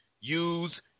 use